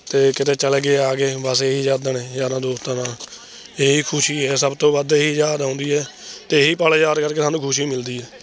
ਅਤੇ ਕਿਤੇ ਚਲੇ ਗਏ ਆ ਗਏ ਬਸ ਇਹੀ ਯਾਦਾਂ ਨੇ ਯਾਰਾਂ ਦੋਸਤਾਂ ਨਾਲ ਇਹੀ ਖੁਸ਼ੀ ਹੈ ਸਭ ਤੋਂ ਵੱਧ ਇਹੀ ਯਾਦ ਆਉਂਦੀ ਹੈ ਅਤੇ ਇਹੀ ਪਲ ਯਾਦ ਕਰਕੇ ਸਾਨੂੰ ਖੁਸ਼ੀ ਮਿਲਦੀ ਹੈ